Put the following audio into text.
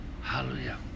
Hallelujah